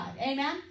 Amen